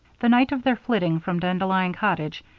the night of their flitting from dandelion cottage,